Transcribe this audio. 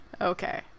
okay